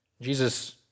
Jesus